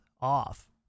off